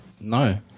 No